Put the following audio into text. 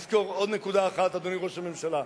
אדוני ראש הממשלה,